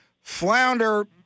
Flounder